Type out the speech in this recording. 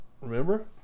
Remember